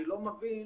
אני לא מבין